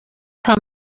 tell